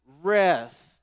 rest